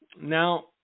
Now